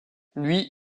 lui